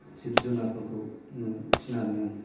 जिब जुनारफोरखौ फिसिनानै आं